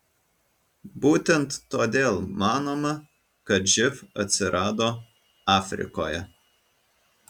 būtent todėl manoma kad živ atsirado afrikoje